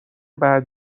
بعد